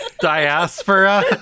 diaspora